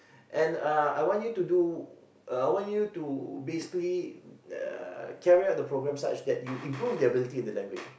and uh I want you to do uh I want you do basically uh carry out the programme such that you improve the ability in the language